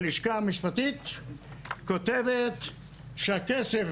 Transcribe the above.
הלשכה המשפטית כותבת שהכסף,